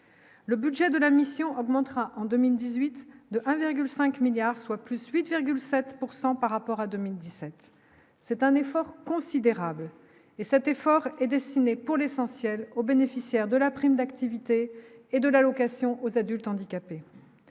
le budget de la mission augmentera en 2018 de 20,5 milliards, soit plus 8,7 pourcent par rapport à 2017, c'est un effort considérable et cet effort est destiné pour l'essentiel aux bénéficiaires de la prime d'activité et de l'allocation aux adultes handicapés,